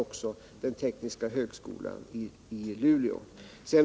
också den tekniska högskolan i Luleå gör.